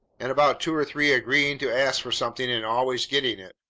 and about two or three agreeing to ask for something and always getting it.